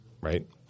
right